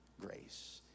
grace